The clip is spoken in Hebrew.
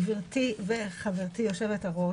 גברתי וחברתי יו"ר